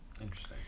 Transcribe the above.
interesting